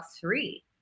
three